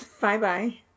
Bye-bye